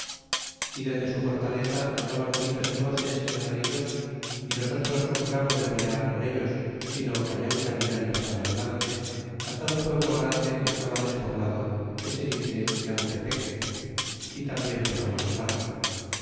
y dende su fortaleza nos daban gritos é voces y alaridos y nosotros no curamos de pelear con ellos sino callar y caminar y pasar adelante hasta un pueblo grande que estaba despoblado que se dice yautepeque y tambien pasamos de largo